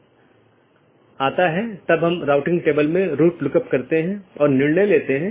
यदि हम अलग अलग कार्यात्मकताओं को देखें तो BGP कनेक्शन की शुरुआत और पुष्टि करना एक कार्यात्मकता है